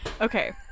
Okay